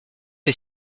est